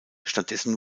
stattdessen